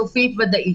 סופית וודאית.